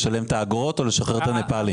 לשלם את האגרות או לשחרר את הנפאלים.